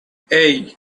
hey